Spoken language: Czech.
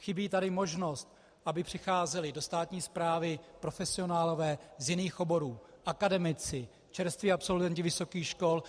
Chybí tady možnost, aby přicházeli do státní správy profesionálové z jiných oborů, akademici, čerství absolventi vysokých škol.